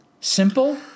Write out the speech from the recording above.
Simple